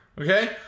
okay